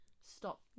stop